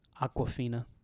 Aquafina